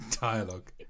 dialogue